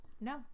no